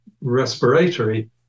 respiratory